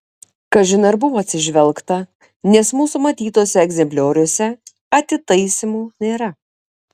kažin ar buvo atsižvelgta nes mūsų matytuose egzemplioriuose atitaisymų nėra